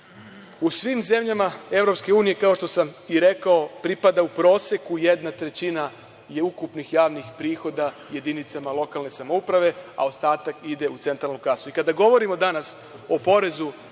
svim zemljama EU, kao što sam i rekao, pripada u proseku jedna trećina ukupnih javnih prihoda jedinicama lokalne samouprave, a ostatak ide u centralnu kasu. Kada govorimo danas o porezu